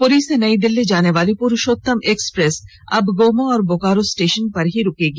पुरी से नई दिल्ली जाने वाली पुरूषोतम एक्सप्रेस अब गोमो और बोकारो स्टेशन पर ही रूकेगी